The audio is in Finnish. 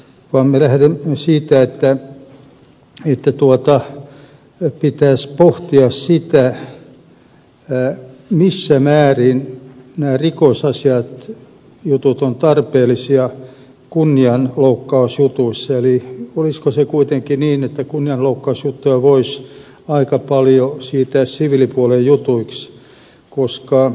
me lähdemme siitä että pitäisi pohtia sitä missä määrin nämä rikosasiajutut ovat tarpeellisia kunnianloukkausjutuissa eli olisiko kuitenkin niin että kunnianloukkausjuttuja voisi aika paljon siirtää siviilipuolen jutuiksi